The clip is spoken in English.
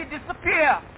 disappear